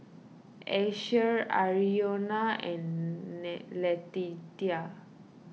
Asher Arizona and Letitia